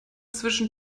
zwischen